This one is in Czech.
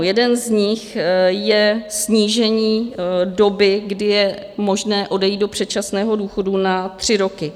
Jeden z nich je snížení doby, kdy je možné odejít do předčasného důchodu, na tři roky.